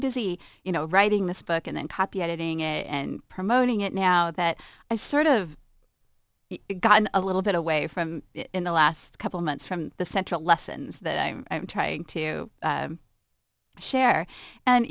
busy you know writing this book and then copy editing it and promoting it now that i sort of got a little bit away from it in the last couple months from the central lessons that i'm trying to share and